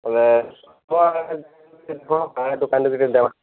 ବଲେ ଦୋକାନରେ ଯଦି ଦେବା